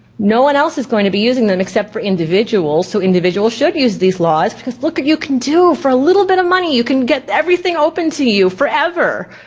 no one else is going to be using them except for individuals. so individuals should use these laws because look what you can do for a little bit of money, you can get everything open to you forever.